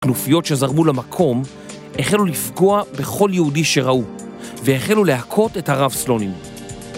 כנופיות שזרמו למקום החלו לפגוע בכל יהודי שראו והחלו להכות את הרב סלונים